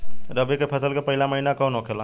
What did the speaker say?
रबी फसल के पहिला महिना कौन होखे ला?